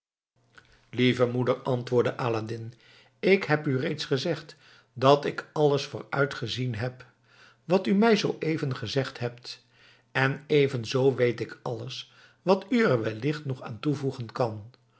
lieve moeder antwoordde aladdin ik heb u reeds gezegd dat ik alles vooruitgezien heb wat u mij zooeven gezegd hebt en evenzoo weet ik alles wat u er wellicht nog aan toevoegen kan